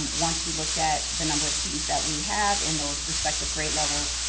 once we looked at the number of students that we have in those respective grade levels,